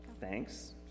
Thanks